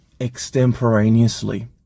extemporaneously